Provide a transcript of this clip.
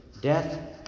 death